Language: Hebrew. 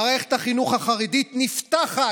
מערכת החינוך החרדית נפתחת,